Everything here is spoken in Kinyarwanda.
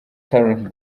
talent